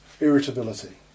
Irritability